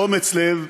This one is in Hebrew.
באומץ לב,